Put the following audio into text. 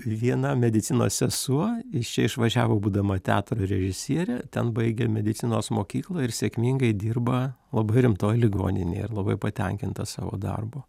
viena medicinos sesuo iš čia išvažiavo būdama teatro režisierė ten baigė medicinos mokyklą ir sėkmingai dirba labai rimtoj ligoninėj ir labai patenkinta savo darbu